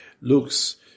looks